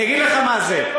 אני אגיד לך מה זה,